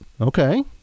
okay